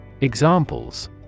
Examples